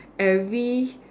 every